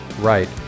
right